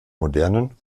modernen